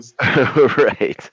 right